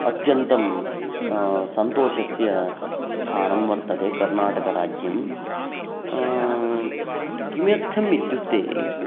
अत्यन्तं सन्तोषस्य स्थानं वर्तते कर्नाटकराज्यं किमर्थम् इत्युक्ते